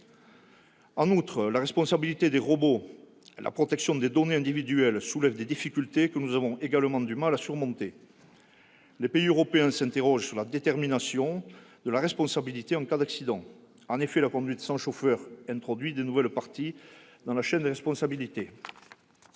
En outre, la responsabilité des robots, la protection des données individuelles soulèvent des difficultés que nous avons également du mal à surmonter. Les pays européens s'interrogent sur la détermination de la responsabilité en cas d'accident. En effet, la conduite sans chauffeur introduit de nouvelles parties à la chaîne des responsabilités.